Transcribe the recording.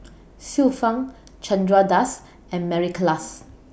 Xiu Fang Chandra Das and Mary Klass